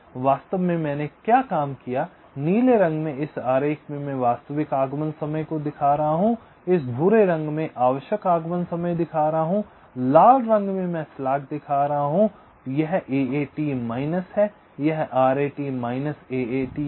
तो वास्तव में मैंने क्या काम किया नीले रंग में इस आरेख में मैं वास्तविक आगमन समय दिखा रहा हूं इस भूरे रंग में मैं आवश्यक आगमन समय दिखा रहा हूं और लाल रंग में मैं स्लैक् दिखा रहा हूं यह एएटी माइनस है यह आरएटी माइनस एएटी है